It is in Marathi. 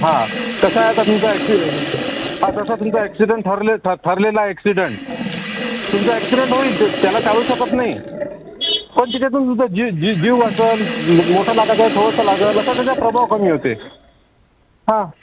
हां तसं आहे आता तुमचा ॲक्सि हां तसा तुमचा ॲक्सिडेंट ठरले ठरलेला ॲक्सिडेंट तुमचं ॲक्सिडेंट होईल ते त्याला टाळू शकत नाही पण त्याच्यातून तुमचं जीव जीव जीव वाचल मोठं लागाच थोडंसं लागेल असा त्याचा प्रभाव कमी होते हां